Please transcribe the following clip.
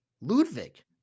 Ludwig